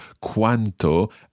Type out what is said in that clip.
quanto